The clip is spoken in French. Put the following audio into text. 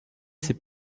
c’est